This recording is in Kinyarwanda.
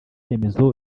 remezo